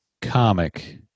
comic